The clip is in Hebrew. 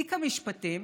תיק המשפטים,